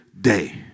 day